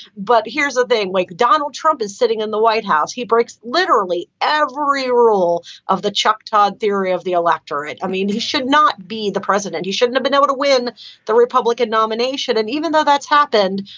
but here's the thing. like donald trump is sitting in the white house. he breaks literally every roll of the chuck todd theory of the electorate. i mean, he should not be the president. he shouldn't have been able to win the republican nomination. and even though that's happened,